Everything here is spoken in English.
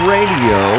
Radio